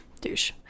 douche